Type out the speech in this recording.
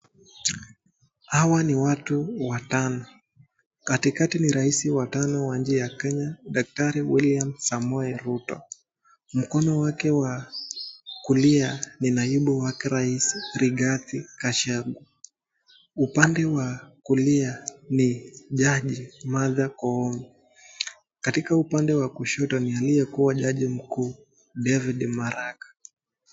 Hawa ni watu watano. Katikati ni Rais wa Tano wa nchi ya Kenya, Daktari William Samoei Ruto. Mkono wake wa kulia ni Naibu wa Rais Rigathi Gachagua. Upande wa kulia ni Jaji Martha Koome. Katika upande wa kushoto ni aliyekuwa Jaji Mkuu David Maraga.